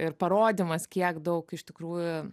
ir parodymas kiek daug iš tikrųjų